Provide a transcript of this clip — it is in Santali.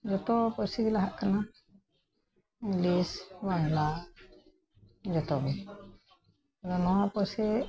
ᱡᱚᱛᱚ ᱯᱟᱹᱨᱥᱤ ᱜᱮ ᱞᱟᱦᱟᱜ ᱠᱟᱱᱟ ᱤᱝᱞᱤᱥ ᱵᱟᱝᱞᱟ ᱡᱚᱛᱚ ᱜᱮ ᱟᱫᱚ ᱱᱚᱣᱟ ᱯᱟᱹᱨᱥᱤ